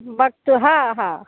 बघतो हा हा